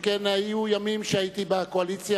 שכן היו ימים שהייתי בקואליציה,